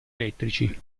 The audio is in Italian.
elettrici